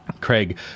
Craig